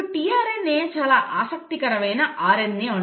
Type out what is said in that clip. tRNA చాలా ఆసక్తికరమైన RNA అణువు